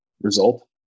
result